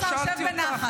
אדוני השר, שב בנחת.